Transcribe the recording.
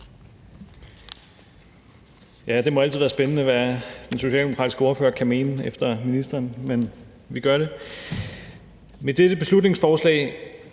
Tak. Det må altid være spændende, hvad den socialdemokratiske ordfører kan mene efter ministeren, men vi gør det. Med dette beslutningsforslag